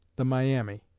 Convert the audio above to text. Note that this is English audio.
the miami.